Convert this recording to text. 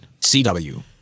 cw